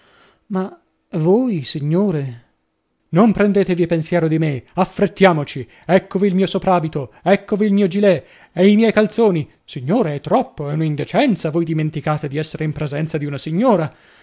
ma voi signore non prendetevi pensiero di me affrettiamoci eccovi il mio soprabito eccovi il mio gilet i miei calzoni signore è troppo è una indecenza voi dimenticate di essere in presenza di una signora